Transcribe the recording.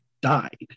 died